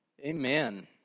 Amen